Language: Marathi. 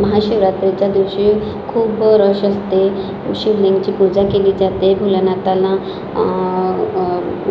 महाशिवरात्रीच्या दिवशी खूप रश असते शिवलिंगाची पूजा केली जाते भोलेनाथाला